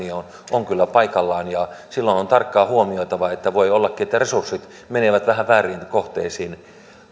on kyllä paikallaan ja silloin on tarkkaan huomioitava että voikin olla että resurssit menevät vähän vääriin kohteisiin